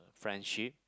friendship